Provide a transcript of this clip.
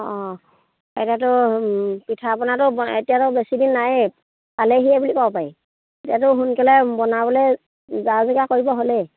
অঁ এতিয়াতো পিঠা পনাটো এতিয়াতো বেছিদিন নায়েই পালেহিয়ে বুলি ক'ব পাৰি এতিয়াতো সোনকালে বনাবলে যা যোগাৰ কৰিব হ'লেই